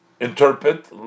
interpret